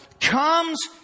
comes